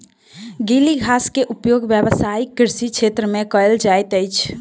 गीली घास के उपयोग व्यावसायिक कृषि क्षेत्र में कयल जाइत अछि